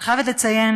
אני חייבת לציין,